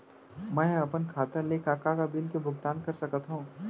मैं ह अपन खाता ले का का बिल के भुगतान कर सकत हो